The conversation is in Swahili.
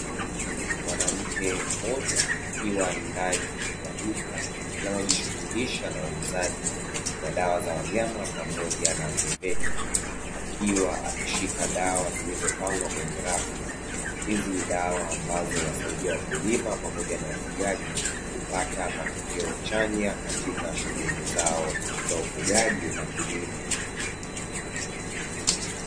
Mwanamke mmoja akiwa ndani ya duka linalojishughulisha na uuzaji wa dawa za wanyama pamoja na agroveti akiwa ameshika dawa zilizopangwa kwenye rafu; hizi ni dawa ambazo zinawasaidia wakulima pamoja na wafugaji kupata matokeo chanya katika shughuli zao za ufugaji na kilimo.